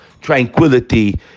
tranquility